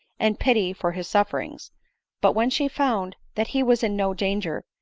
and pity for his sufferings but when she found that he was in no danger,